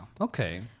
okay